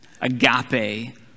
agape